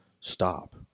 stop